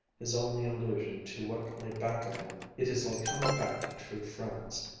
his only allusion to what lay back of him. it is like coming back to true friends.